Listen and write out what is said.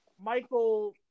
Michael